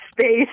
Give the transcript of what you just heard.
space